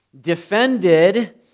defended